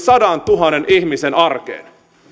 sadantuhannen ihmisen arkeen